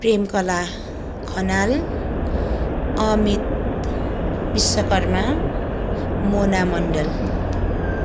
Premkala Khanal Amit Vishwakarma Mona Mandal